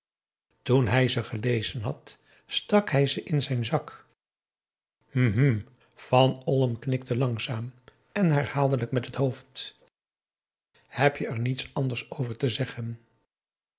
toen hij ze gelezen had stak hij ze in zijn zak hm hm van olm knikte langzaam en herhaaldelijk met het hoofd heb je er niets anders over te zeggen